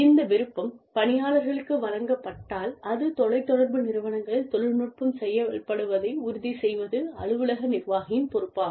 இந்த விருப்பம் பணியாளர்களுக்கு வழங்கப்பட்டால் அது தொலைத் தொடர்பு நிறுவனங்களில் தொழில்நுட்பம் செயல்படுவதை உறுதி செய்வது அலுவலக நிர்வாகியின் பொறுப்பாகும்